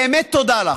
באמת תודה לך.